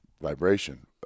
vibration